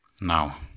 Now